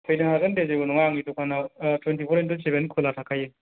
फैनो हागोन दे जेबो नङा आंनि दखाना टुवेन्टिफ'र इन्टु सेभेन खुला थाखायो